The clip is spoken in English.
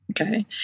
Okay